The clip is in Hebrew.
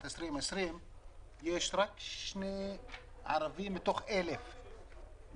2020. יש רק שני ערבים מתוך אלף בבקר.